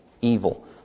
evil